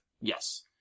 Yes